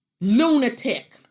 lunatic